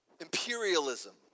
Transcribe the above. Imperialism